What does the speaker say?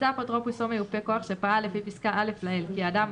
מצא אפוטרופוס או מיופה כוח שפעל לפי פסקה (א) לעיל כי האדם,